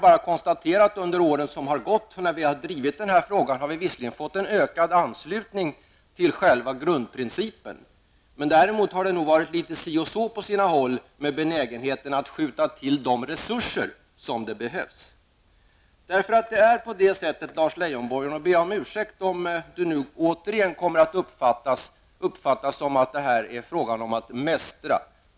Under de år som vi har drivit den här frågan har vi visserligen kunnat konstatera en ökad anslutning beträffande själva grundprincipen. Däremot har det nog varit litet si och så på sina håll med benägenheten att skjuta till erforderliga resurser. Jag ber om ursäkt, Lars Leijonborg, om det jag nu har att säga återigen uppfattas så, att det här är fråga om att mästra.